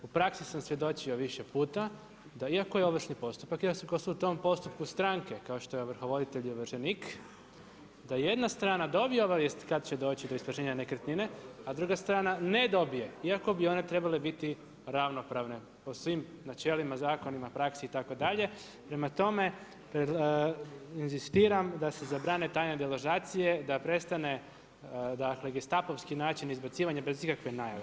U praksi sam svjedočio više puta, da iako je ovršni postupak iako su u tom postupku stranke, kao što je ovrhovoditelj i ovršenik da jedna strana dobije obavijest kada će do … nekretnine, a druga strana ne dobije, iako bi one trebale biti ravnopravne po svim načelima, zakonima, praksi itd., prema tome inzistiram da se zabrane tajne deložacije, da prestane gestapovski način izbacivanja bez ikakve najave.